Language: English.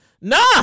no